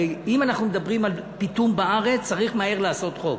הרי אם אנחנו מדברים על פיטום בארץ צריך מהר לעשות חוק,